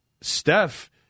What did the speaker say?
Steph